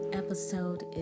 episode